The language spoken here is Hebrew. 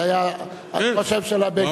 זה היה, אני חושב שעל בגין.